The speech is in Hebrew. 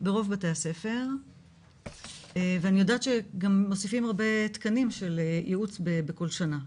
ברוב בתי הספר ואני יודעת גם שמוסיפים הרבה תקנים של ייעוץ בכל שנה.